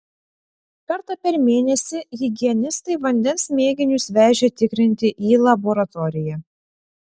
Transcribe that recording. kartą per mėnesį higienistai vandens mėginius vežė tikrinti į laboratoriją